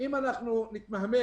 אם אנחנו נתמהמה